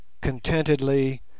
contentedly